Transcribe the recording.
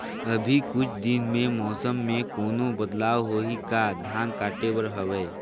अभी कुछ दिन मे मौसम मे कोनो बदलाव होही का? धान काटे बर हवय?